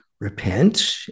repent